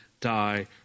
die